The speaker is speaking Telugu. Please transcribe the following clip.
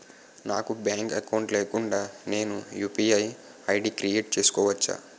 నాకు బ్యాంక్ అకౌంట్ లేకుండా నేను యు.పి.ఐ ఐ.డి క్రియేట్ చేసుకోవచ్చా?